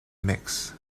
mix